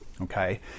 Okay